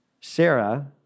Sarah